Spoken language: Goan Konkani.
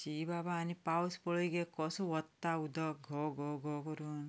शी बाबा आनी पावस पळय गे कसो वत्ता उदक घो घो घो करून